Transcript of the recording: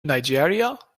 nigeria